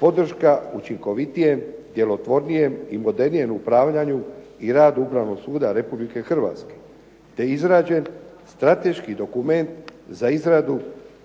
podrška učinkovitijem, djelotvornijem i modernijem upravljanju i radu Upravnog suda Republike Hrvatske, te izrađen strateški dokument za izradu